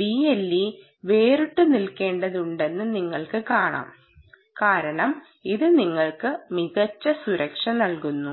BLE വേറിട്ടുനിൽക്കേണ്ടതുണ്ടെന്ന് നിങ്ങൾ കാണും കാരണം ഇത് നിങ്ങൾക്ക് മികച്ച സുരക്ഷ നൽകുന്നു